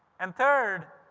and third,